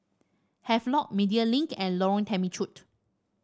Havelock Media Link and Lorong Temechut